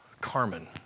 Carmen